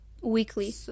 weekly